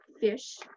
fish